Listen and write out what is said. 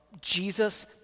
Jesus